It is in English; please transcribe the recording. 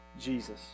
Jesus